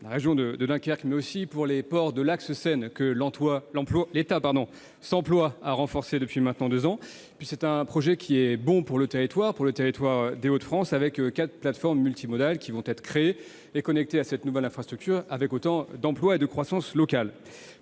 la région de Dunkerque, mais aussi pour les ports de l'axe Seine, que l'État s'emploie à renforcer depuis maintenant deux ans. C'est un projet qui est bon pour le territoire des Hauts-de-France, avec quatre plateformes multimodales qui vont être créées et connectées à cette nouvelle infrastructure, entraînant des emplois et de la croissance locale.